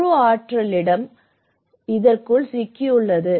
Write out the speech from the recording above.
முழு ஆற்றலும் இதற்குள் சிக்கியுள்ளது